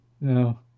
No